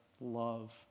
love